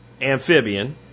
amphibian